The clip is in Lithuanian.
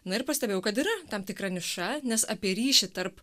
na ir pastebėjau kad yra tam tikra niša nes apie ryšį tarp